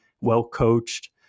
well-coached